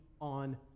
on